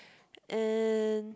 and